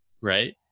right